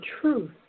truth